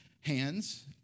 hands